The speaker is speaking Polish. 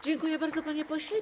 Dziękuję bardzo, panie pośle.